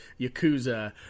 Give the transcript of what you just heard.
Yakuza